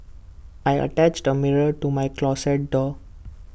I attached A mirror to my closet door